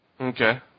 Okay